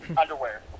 underwear